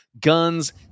guns